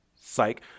Psych